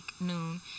noon